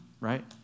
Right